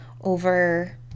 over